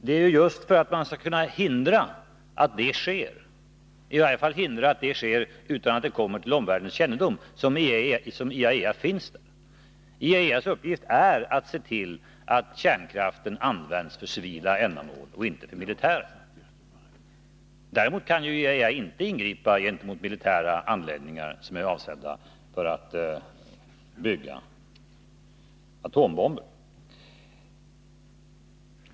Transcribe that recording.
Det är för att i alla fall hindra att sådant sker utan att det kommer till omvärldens kännedom som IAEA finns. IAEA:s uppgift är att se till att kärnkraften används för civila ändamål och inte för militära. Däremot kan IAEA inte ingripa gentemot militära anläggningar som är avsedda för byggande av atombomber.